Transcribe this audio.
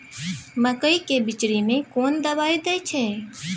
मकई के बिचरी में कोन दवाई दे छै?